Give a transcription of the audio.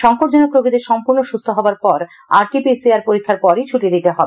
সংকটজনক রোগীদের সম্পূর্ণ সুস্থ হবার পর R T P C R পরীক্ষার পরই ছুটি দেওয়া যাবে